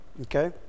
okay